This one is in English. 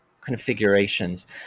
configurations